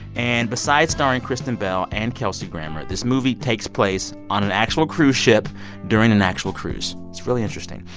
and besides starring kristen bell and kelsey grammer, this movie takes place on an actual cruise ship during an actual cruise. it's really interesting.